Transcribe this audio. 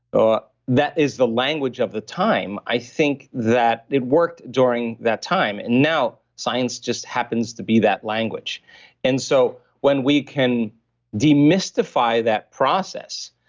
ah that is the language of the time. i think that it worked during that time and now science just happens to be that language and so when we can demystify that process,